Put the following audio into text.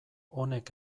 honek